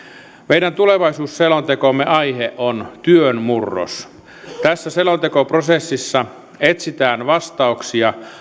meidän tulevaisuusselontekomme aihe on työn murros tässä selontekoprosessissa etsitään vastauksia